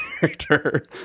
character